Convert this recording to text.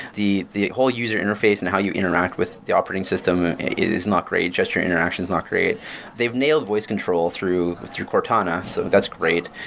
the the whole user interface and how you interact with the operating system is not great. gesture interaction is not great they've made a voice control through through cortana, so that's great.